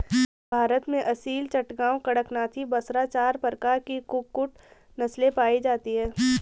भारत में असील, चटगांव, कड़कनाथी, बसरा चार प्रकार की कुक्कुट नस्लें पाई जाती हैं